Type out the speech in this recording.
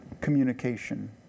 communication